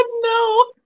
no